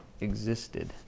existed